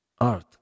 art